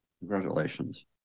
Congratulations